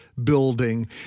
building